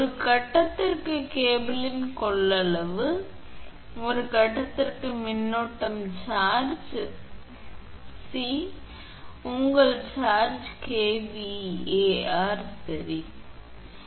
ஒரு கட்டத்திற்கு கேபிளின் கொள்ளளவு ஆ ஒரு கட்டத்திற்கு மின்னோட்டம் சார்ஜ் பின்னர் c அதற்கு உங்கள் சார்ஜ் kVAr சரி அதற்கு எழுத வேண்டிய அவசியமில்லை kVAr சார்ஜ் செய்கிறது என்பதை நீங்கள் தெரிந்து கொள்ள வேண்டும்